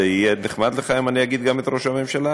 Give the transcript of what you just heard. זה יהיה נחמד לך אם אני אגיד: גם את ראש הממשלה?